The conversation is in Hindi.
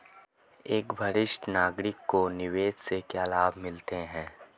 एक वरिष्ठ नागरिक को निवेश से क्या लाभ मिलते हैं?